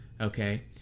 Okay